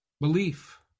Belief